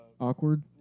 Awkward